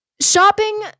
shopping